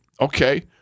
okay